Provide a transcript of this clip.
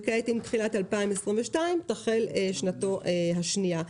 וכעת עם תחילת 2022 תחל שנתו השנייה.